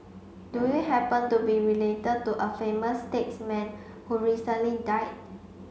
do you happen to be related to a famous statesman who recently died